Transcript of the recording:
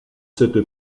cette